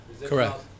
Correct